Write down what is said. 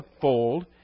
fold